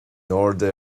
airde